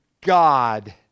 God